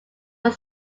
will